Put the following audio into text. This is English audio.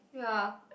ya